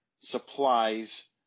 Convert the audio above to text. supplies